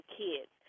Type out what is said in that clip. kids